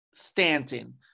Stanton